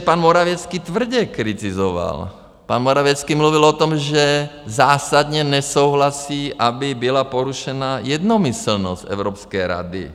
Pan Morawiecki tvrdě kritizoval, pan Morawiecki mluvil o tom, že zásadně nesouhlasí, aby byla porušená jednomyslnost Evropské rady.